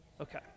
Okay